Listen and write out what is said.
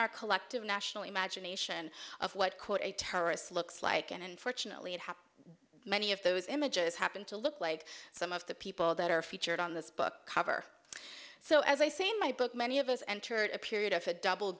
our collective national imagination of what quote a terrorist looks like and unfortunately it has many of those images happened to look like some of the people that are featured on this book cover so as i say in my book many of us entered a period of a double